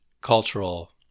cultural